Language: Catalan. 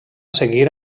seguir